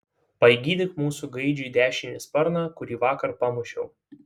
pagydyk mūsų gaidžiui dešinį sparną kurį vakar pamušiau